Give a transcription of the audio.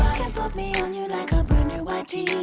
can put me on you like a brand-new white tee